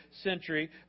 century